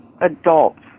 adults